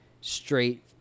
straight